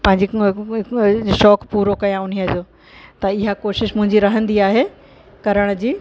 पंहिंजे शौक़ु पूरो कयां उन जो त इहा कोशिश मुंहिंजी रहंदी आहे करण जी